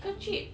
so cheap